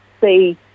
see